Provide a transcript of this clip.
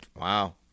Wow